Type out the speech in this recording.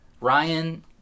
Ryan